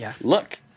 look